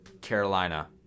Carolina